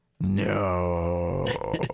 no